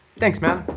thanks, man!